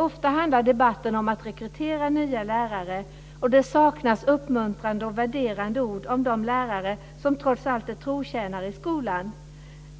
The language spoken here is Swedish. Ofta handlar debatten om rekrytering av nya lärare, men det saknas uppmuntrande och värderande ord om de lärare som trots allt är trotjänare i skolan.